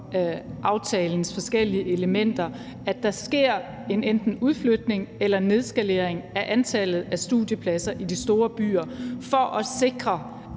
aftalens forskellige elementer, at der sker enten en udflytning eller nedskalering af antallet af studiepladser i de store byer for at sikre,